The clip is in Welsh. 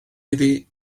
iddi